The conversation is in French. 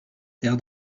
terre